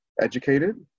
educated